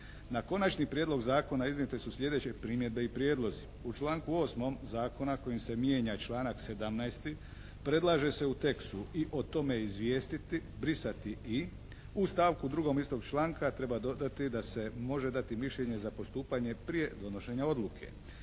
Na konačni prijedlog zakona iznijete su sljedeće primjedbe i prijedlozi. U članku 8. zakona kojim se mijenja članak 17. predlaže se u tekstu: "i o t ome izvijestiti" brisati "i". U stavku 2. istog članka treba dodati da se može dati mišljenje za postupanje prije donošenja odluke.